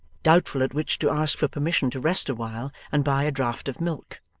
doubtful at which to ask for permission to rest awhile, and buy a draught of milk.